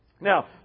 Now